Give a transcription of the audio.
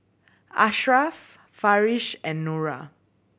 Asharaff Farish and Nura